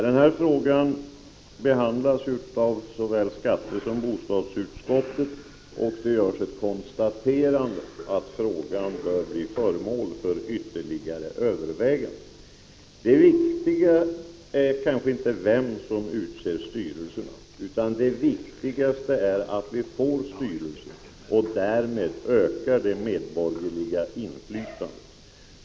Den frågan behandlas av såväl skatteutskottet som bostadsutskottet, och det görs ett konstaterande att frågan bör bli föremål för ytterligare överväganden, Det viktigaste är kanske inte vem som utser styrelsen, utan att vi får en styrelse som ökar det medborgerliga inflytandet.